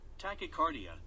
tachycardia